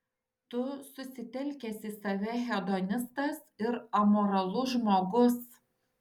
tu susitelkęs į save hedonistas ir amoralus žmogus